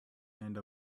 and